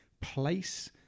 place